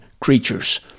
creatures